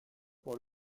pour